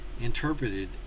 interpreted